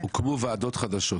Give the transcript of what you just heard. הוקמו ועדות חדשות.